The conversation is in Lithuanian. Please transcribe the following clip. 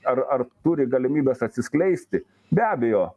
ar ar turi galimybes atsiskleisti be abejo